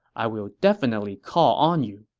i will definitely call on you.